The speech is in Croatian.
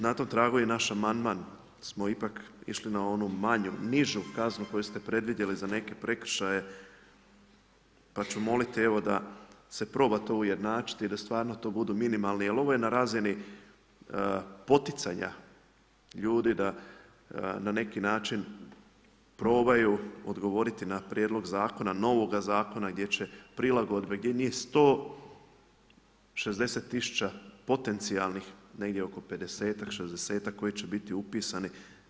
Na tom tragu je i naš amandman smo ipak išli na onu manju, nižu kaznu koju ste predvidjeli za neke prekršaje pa ću moliti evo da se proba to ujednačiti i da stvarno to budu minimalni jer ovo je na razini poticanja ljudi da na neki način probaju odgovoriti na prijedlog zakona, novoga zakona gdje će prilagodbe, gdje njih 160 tisuća potencijalnih negdje oko 50-ak, 60-ak koji će biti upisani.